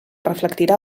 reflectirà